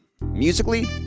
Musically